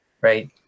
right